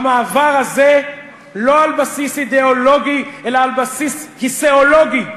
המעבר הזה לא על בסיס אידיאולוגי אלא על בסיס כיסאולוגי.